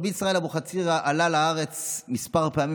רבי ישראל אבוחצירא עלה לארץ כמה פעמים